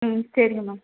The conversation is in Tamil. ம் சரிங்கம்மா